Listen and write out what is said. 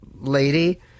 lady